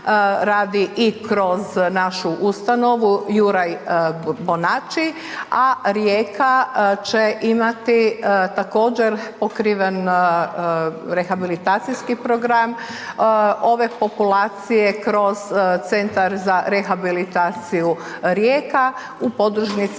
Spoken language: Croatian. radi i kroz našu ustanovu Juraj Bonači, a Rijeka će imati također pokriven rehabilitaciji program ove populacije kroz Centar za rehabilitaciju Rijeka u podružnici